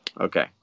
Okay